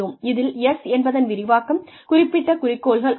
இதில் S என்பதன் விரிவாக்கம் குறிப்பிட்ட குறிக்கோள்கள் ஆகும்